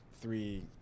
three